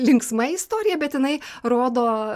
linksma istorija bet jinai rodo